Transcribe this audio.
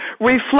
reflect –